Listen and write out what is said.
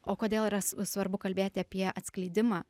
o kodėl yra s svarbu kalbėti apie atskleidimą